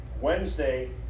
Wednesday